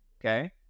okay